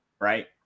right